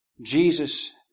Jesus